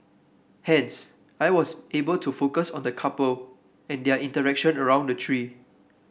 hence I was able to focus on the couple and their interaction around the tree